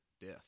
death